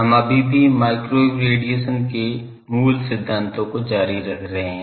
हम अभी भी माइक्रोवेव रेडिएशन के मूल सिद्धांतों को जारी रख रहे हैं